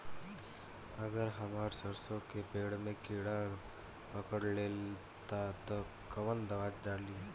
अगर हमार सरसो के पेड़ में किड़ा पकड़ ले ता तऽ कवन दावा डालि?